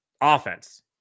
Offense